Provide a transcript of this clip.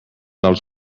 els